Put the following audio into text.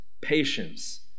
patience